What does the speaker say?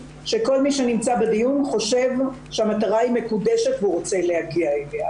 שכל מי שנמצא בדיון חושב שהמטרה היא מקודשת והוא רוצה להגיע אליה.